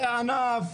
זה הענף